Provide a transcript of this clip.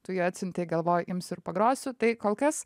tu jį atsiuntei galvoju imsiu ir pagrosiu tai kol kas